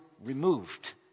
removed